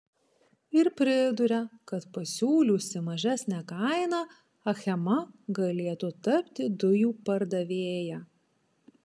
ir priduria kad pasiūliusi mažesnę kainą achema galėtų tapti dujų pardavėja